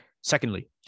Secondly